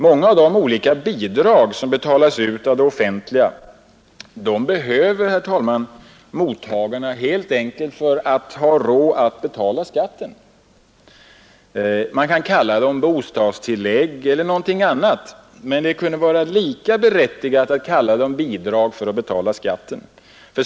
Många av de olika bidrag som betalas ut av det offentliga behöver, herr talman, mottagarna helt enkelt för att ha råd att betala skatten. Men kan kalla bidragen för bostadstillägg eller något annat, men det kunde vara lika berättigat att kalla dem bidrag för att betala skatten.